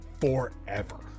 forever